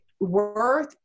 Worth